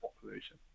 population